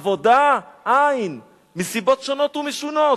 עבודה אין מסיבות שונות ומשונות,